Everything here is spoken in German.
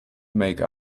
make